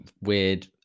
weird